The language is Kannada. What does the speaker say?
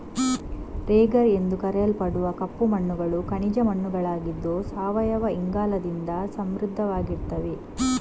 ರೆಗರ್ ಎಂದು ಕರೆಯಲ್ಪಡುವ ಕಪ್ಪು ಮಣ್ಣುಗಳು ಖನಿಜ ಮಣ್ಣುಗಳಾಗಿದ್ದು ಸಾವಯವ ಇಂಗಾಲದಿಂದ ಸಮೃದ್ಧವಾಗಿರ್ತವೆ